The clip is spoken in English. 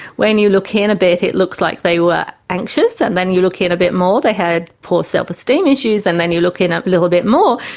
when you look in a bit it looks like they were anxious, and then you look in a bit more, they had poor self-esteem issues, and then you look in a little bit more,